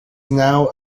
now